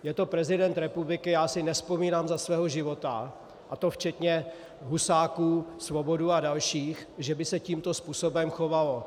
Je to prezident republiky, já si nevzpomínám za svého života, a to včetně Husáků, Svobodů a dalších, že by se tímto způsobem chovali.